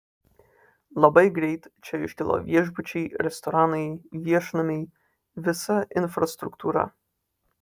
labai greit čia iškilo viešbučiai restoranai viešnamiai visa infrastruktūra